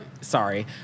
Sorry